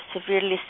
severely